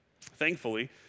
Thankfully